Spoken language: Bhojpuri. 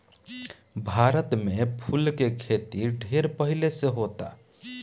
भारत में फूल के खेती ढेर पहिले से होता